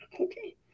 Okay